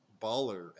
baller